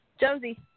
Josie